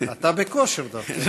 אתה בכושר דווקא.